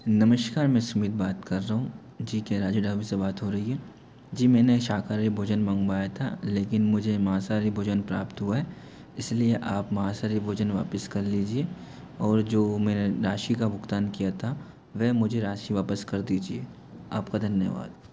नमस्कार मैं सुमित बात कर रहा हूँ जी क्या राजू ढाबे से बात हो रही है जी मैंने शाकाहारी भोजन मंगवाया था लेकिन मुझे मांसाहारी भोजन प्राप्त हुआ है इस लिए आप मांसाहारी भोजन वापस कर लीजिए और जो मैंने राशि का भुगतान किया था वह मुझे राशि वापस कर दीजिए आप का धन्यवाद